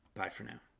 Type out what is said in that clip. bye for now